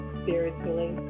spiritually